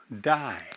die